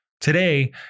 Today